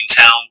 town